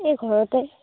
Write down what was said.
এই ঘৰতে